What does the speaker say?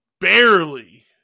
barely